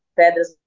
pedras